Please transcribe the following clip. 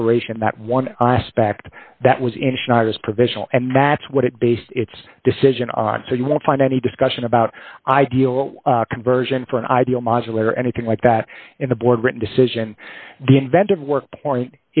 operation that one aspect that was in schneider's provisional and match what it based its decision on so you won't find any discussion about ideal conversion for an ideal modulator or anything like that in the board written decision the inventive work point